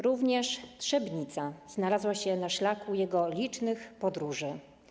Również Trzebnica znalazła się na szlaku jego licznych podróży.